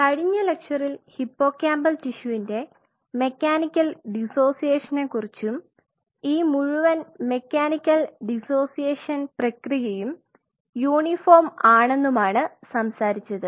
കഴിഞ്ഞ ലെക്ചറിൽ ഹിപ്പോകാമ്പൽ ടിഷ്യുവിന്റെ മെക്കാനിക്കൽ ഡിസോസിയേഷനെക്കുറിചും ഈ മുഴുവൻ മെക്കാനിക്കൽ ഡിസോസിയേഷൻ പ്രക്രിയയും യൂണിഫോം ആണെന്നുമാണ് സംസാരിച്ചത്